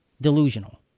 delusional